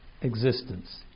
existence